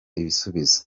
ibisubizo